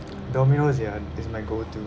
domino's ya is my go to